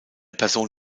person